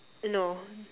no